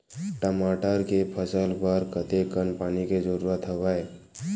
टमाटर के फसल बर कतेकन पानी के जरूरत हवय?